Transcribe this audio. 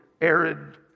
arid